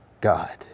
God